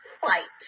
fight